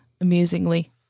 amusingly